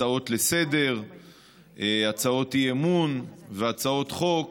הצעות לסדר-היום, הצעות אי-אמון והצעת חוק